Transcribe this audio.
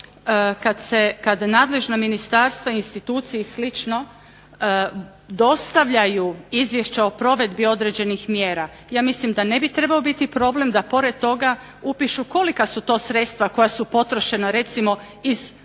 bi to kad nadležna ministarstva, institucije i slično dostavljaju izvješća o provedbi određenih mjera ja mislim da ne bi trebao biti problem da pored toga upišu kolika su to sredstva koja su potrošena recimo iz